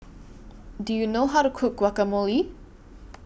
Do YOU know How to Cook Guacamole